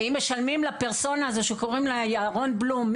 ואם משלמים לפרסונה הזאת שקוראים לה ירון בלום,